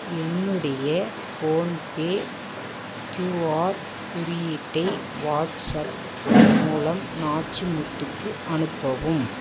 என்னுடைய PhonePe QR குறியீட்டை WhatsApp மூலம் நாச்சிமுத்துக்கு அனுப்பவும்